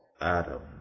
Adam